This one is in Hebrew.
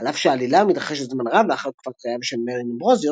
על אף שהעלילה מתרחשת זמן רב לאחר תקופת חייו של "מרלין אמברוזיוס",